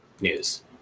news